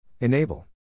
Enable